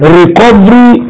recovery